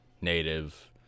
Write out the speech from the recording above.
native